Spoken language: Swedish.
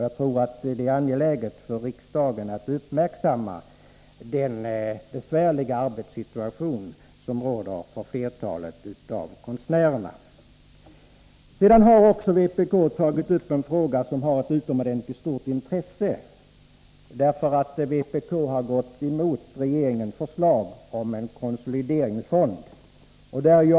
Jag tror att det är angeläget att riksdagen uppmärksammar den besvärliga arbetssituationen för flertalet konstnärer. Vpk har också tagit upp en fråga av utomordentligt stort intresse — vpk har nämligen gått emot regeringens förslag om en konsolideringsfond.